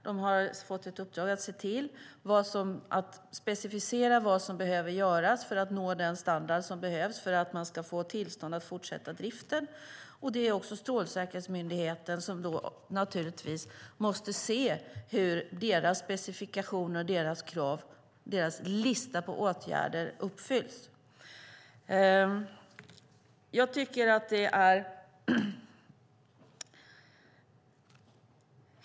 De har fått ett uppdrag att specificera vad som behöver göras för att nå den standard som behövs för att man ska få tillstånd att fortsätta driften. Det är också Strålsäkerhetsmyndigheten som naturligtvis måste se hur deras specifikation och deras lista på åtgärder uppfylls.